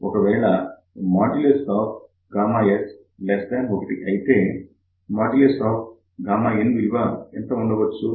ఒకవేళ S1 అయితే in విలువ ఎంత ఉండవచ్చు